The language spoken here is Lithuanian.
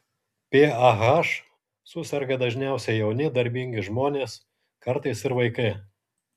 pah suserga dažniausiai jauni darbingi žmonės kartais ir vaikai